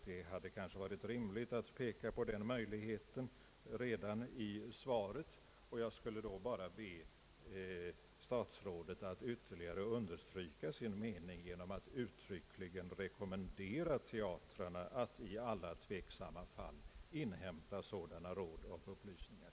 Det hade kanske varit rimligt att peka på den möjligheten redan i svaret, och jag skall då bara be statsrådet att ytterligare understryka sin mening genom att uttryckligen rekommendera teatrarna att i alla tveksamma fall inhämta sådana råd och upplysningar.